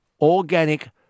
organic